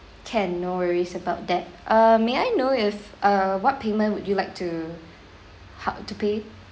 can no worries about that err may I know if uh what payment would you like to how to pay